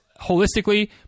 holistically